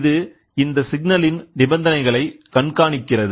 இது இந்த சிக்னலின் நிபந்தனைகளை கண்காணிக்கிறது